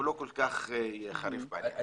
הוא לא כל כך חריף בעניין הזה.